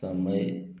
समय